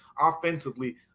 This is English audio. offensively